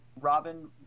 Robin